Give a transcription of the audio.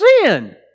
sin